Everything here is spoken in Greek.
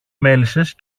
μέλισσες